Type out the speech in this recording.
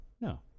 no